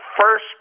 first